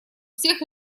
всех